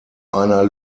einer